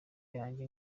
yanjye